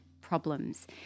problems